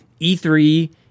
E3